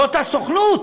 זאת הסוכנות.